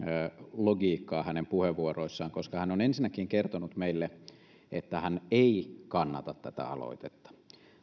logiikkaa hänen puheenvuoroissaan hän on ensinnäkin kertonut meille että hän ei kannata tätä aloitetta